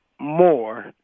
more